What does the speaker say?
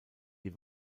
die